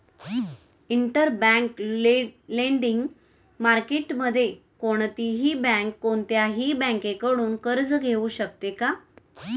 Interbank lending मार्केटमध्ये कोणतीही bank कोणत्याही बँकेकडून कर्ज घेऊ शकते का?